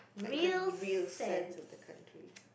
like the real sense of the country